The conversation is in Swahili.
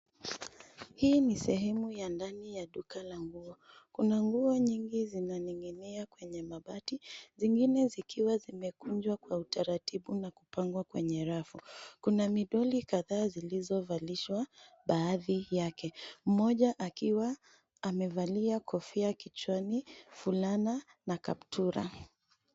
Hii ni sehemu ya ndani ya duka la nguo. Kuna nguo nyingi zinaning'inia kwenye mabati, zingine zikiwa zimekunjwa kwa utaratibu, na kupangwa kwenye rafu. Kuna midoli kadhaa zilizovalishwa baadhi yake, mmoja akiwa amevalia kofia kichwa, fulana, na kaptura.